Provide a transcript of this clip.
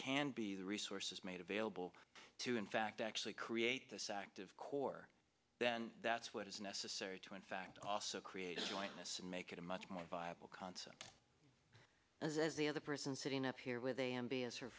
can be the resources made available to in fact actually create this active corps then that's what is necessary to in fact also create a jointness and make it a much more viable concept as is the other person sitting up here with a hand as her